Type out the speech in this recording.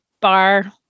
bar